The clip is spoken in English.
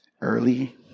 Early